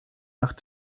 nach